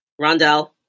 Rondell